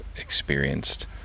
experienced